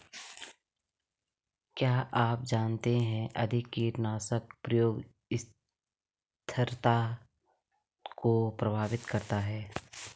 क्या आप जानते है अधिक कीटनाशक प्रयोग स्थिरता को प्रभावित करता है?